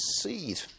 seed